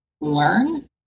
Learn